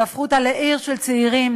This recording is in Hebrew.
לעיר של צעירים.